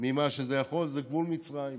ממה שזה יכול: גבול מצרים.